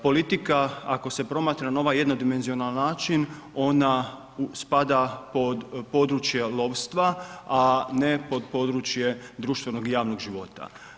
Politika ako se promatra na ovaj jednodimenzionalan način ona spada pod područje lovstva, a ne pod područje društvenog javnog života.